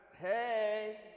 hey